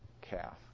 calf